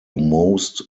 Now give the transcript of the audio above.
most